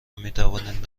میتوانید